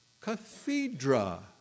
cathedra